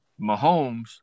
Mahomes